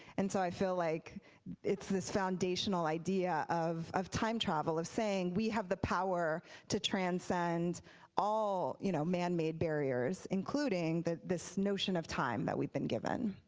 and so i feel like it's this foundational idea of of time travel, of saying we have the power to transcend all you know man made barriers including this notion of time that we've been given.